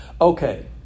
okay